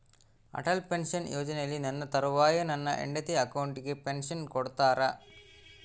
Atal pension ಯೋಜನೆಯಲ್ಲಿ ನನ್ನ ತರುವಾಯ ನನ್ನ ಹೆಂಡತಿ ಅಕೌಂಟಿಗೆ ಪೆನ್ಶನ್ ಕೊಡ್ತೇರಾ?